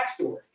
backstory